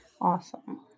Awesome